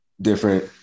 different